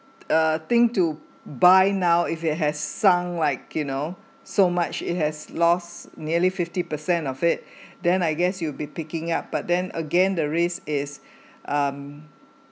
uh thing to buy now if it has sung like you know so much it has lost nearly fifty percent of it then I guess you'll be picking up but then again the risk is um